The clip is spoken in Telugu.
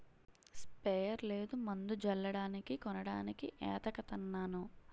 స్పెయర్ లేదు మందు జల్లడానికి కొనడానికి ఏతకతన్నాను